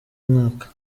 mwaka